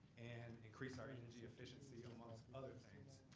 and increase our energy efficiency and amongst other things.